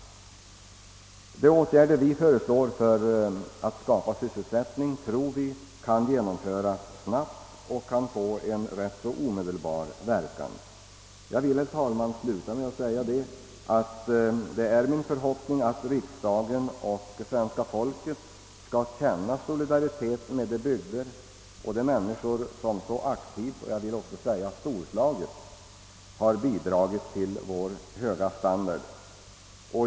Vi tror att de åtgärder som vi föreslår för att skapa sysselsättning kan genomföras snabbt och kan få en omedelbar verkan. Jag vill, herr talman, sluta med att säga att det är min förhoppning att riksdagen och svenska folket skall känna solidaritet med de bygder och de människor som så aktivt och jag vill också säga storslaget har bidragit till vår höga standard.